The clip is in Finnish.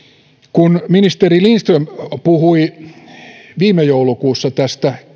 kun ministeri lindström puhui viime joulukuussa tästä